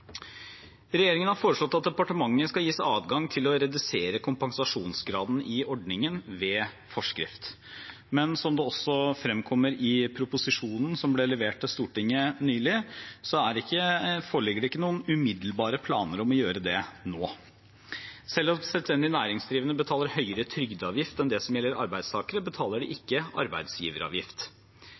Regjeringen har foreslått at departementet skal gis adgang til å redusere kompensasjonsgraden i ordningen ved forskrift, men som det også fremkommer i proposisjonen som ble levert til Stortinget nylig, foreligger det ikke noen umiddelbare planer om å gjøre det nå. Selv om selvstendig næringsdrivende betaler høyere trygdeavgift enn det som gjelder arbeidstakere, betaler de ikke arbeidsgiveravgift.